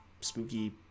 spooky